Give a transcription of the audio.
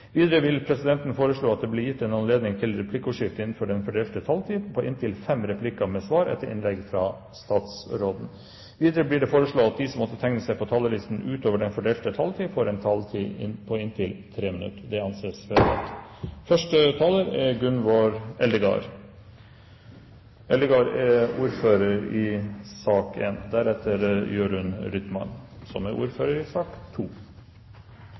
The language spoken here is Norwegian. Videre vil presidenten foreslå at det blir gitt anledning til replikkordskifte på inntil fem replikker med svar etter innlegget fra statsråden innenfor den fordelte taletid. Videre blir det foreslått at de som måtte tegne seg på talerlisten utover den fordelte taletid, får en taletid på inntil 3 minutter. – Det anses vedtatt. Me skal i dag, som presidenten sa, diskutera to saker. Den eine er om ein gjennomgang av vilkåra for enkeltpersonføretak, og den andre er